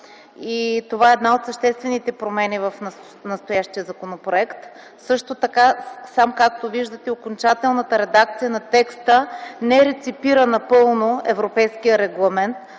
Това е една от съществените промени в настоящия законопроект. Окончателната редакция на текста не реципира напълно европейския регламент